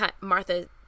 Martha